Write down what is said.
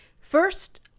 first